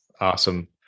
Awesome